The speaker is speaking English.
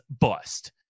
bust